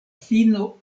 fino